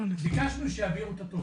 ביקשנו שיעבירו את הטופס.